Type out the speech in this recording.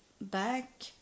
back